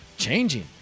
changing